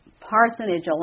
parsonage